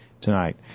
tonight